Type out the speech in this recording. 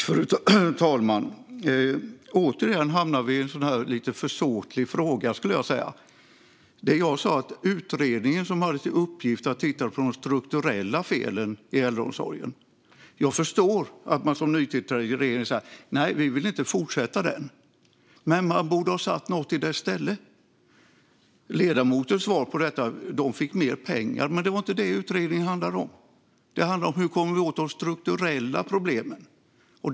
Fru talman! Återigen hamnar vi i en försåtlig fråga. Jag sa att utredningen hade till uppgift att titta på de strukturella felen i äldreomsorgen. Jag förstår att man i regeringen sa att man inte ville fortsätta med utredningen, men man borde ha satt något i dess ställe. Ledamotens svar på detta var att äldreomsorgen fick mer pengar. Men det var inte vad utredningen handlade om utan om hur vi kommer åt de strukturella problemen.